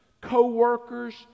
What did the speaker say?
co-workers